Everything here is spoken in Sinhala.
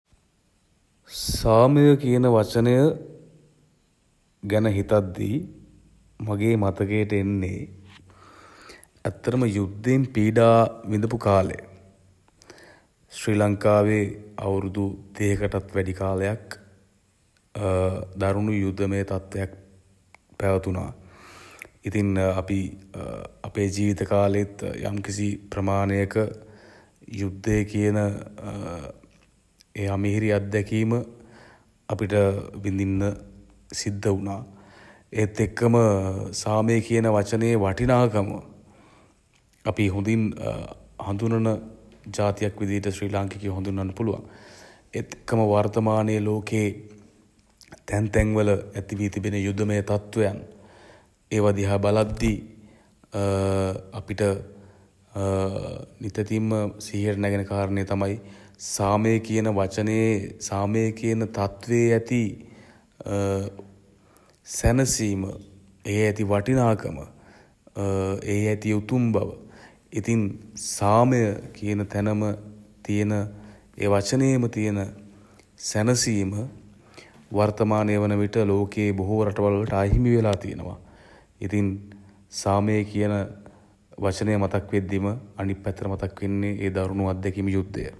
සාමය කියන වචනය ගැන හිතද්දී මගේ මතකයට එන්නේ ඇත්තටම යුද්ධයෙන් පීඩා විඳපු කාලය. ශ්‍රී ලංකාවේ අවරුදු තිහකටත් වැඩි කාලයක් දරුණු යුධමය තත්වයක් පැවතුණා. ඉතින් අපි අපේ ජීවිත කාලයේත් යම් කිසි ප්‍රමාණයක යුද්ධය කියන ඒ අමිහිරි අත්දැකීම අපිට විඳින්න සිද්ද වුණා. ඒත් එක්කම සාමය කියන වචනයේ වටිනාකම අපි හොඳින් හඳුනන ජාතියක් විදියට ශ්‍රී ලාංකිකයෝ හඳුන්වන්න පුළුවන්. ඒත් එක්කම වර්තමාන ලෝකේ තැන් තැන් වල ඇති වී තිබෙන යුධමය තත්වයන් ඒව දිහා බලද්දී අපිට නිතැතින්ම සිහියට නැගෙන කාරණය තමයි සාමය කියන වචනයේ සාමය කියන තත්වයේ ඇති සැනසීම එහි ඇති වටිනාකම එහි ඇති උතුම් බව ඉතින් සාමය කියන තැනම තියෙන ඒ වචනයේම තියෙන සැනසීම වර්තමානය වන විට ලෝකයේ බොහෝ රටවල් වලට අහිමි වෙලා තියෙනවා. ඉතින් සාමය කියන වචනය මතක් වෙද්දිම අනිත් පැත්තට මතක් වෙන්නේ ඒ දරුණු අත්දැකීම යුද්ධය.